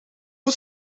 hoe